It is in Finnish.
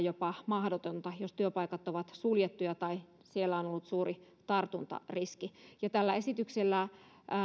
jopa mahdotonta jos työpaikat ovat suljettuja tai siellä on ollut suuri tartuntariski tällä esityksellä